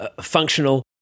functional